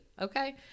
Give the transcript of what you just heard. okay